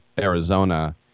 Arizona